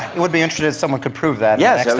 it would be interesting if someone could prove that yeah so